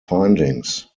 findings